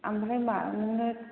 आमफ्राय मा नोङो